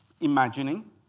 imagining